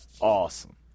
Awesome